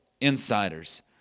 insiders